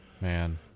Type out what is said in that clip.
Man